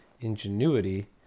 Ingenuity